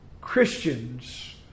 Christians